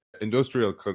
industrial